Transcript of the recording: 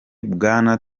bwana